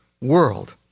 world